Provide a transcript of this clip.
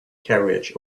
carriage